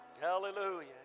Hallelujah